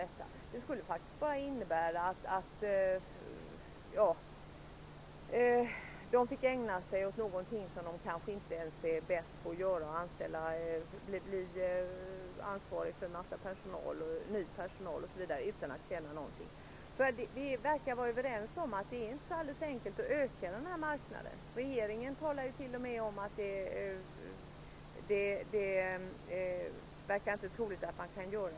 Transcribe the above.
Det skulle bara innebära att de fick ägna sig åt någonting som de kanske inte är bäst på. De skulle bli ansvariga för ny personal osv. utan att tjäna någonting. Vi verkar vara överens om att det inte är så alldeles enkelt att öka den här marknaden. Inte ens regeringen tycker att det verkar troligt att det går.